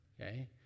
Okay